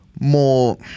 more